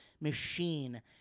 machine